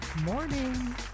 morning